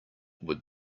would